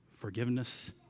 Forgiveness